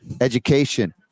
education